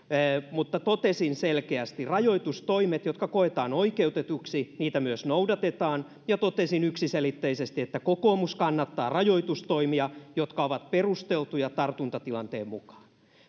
totesin selkeästi että rajoitustoimia jotka koetaan oikeutetuiksi myös noudatetaan ja totesin yksiselitteisesti että kokoomus kannattaa rajoitustoimia jotka ovat perusteltuja tartuntatilanteen mukaan